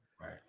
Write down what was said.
Right